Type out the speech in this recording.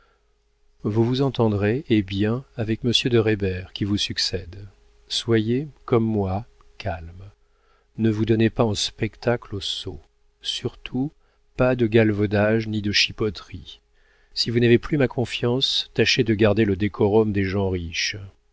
vous vous entendrez et bien avec monsieur de reybert qui vous succède soyez comme moi calme ne vous donnez pas en spectacle aux sots surtout pas de galvaudages ni de chipoteries si vous n'avez plus ma confiance tâchez de garder le décorum des gens riches